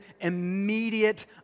immediate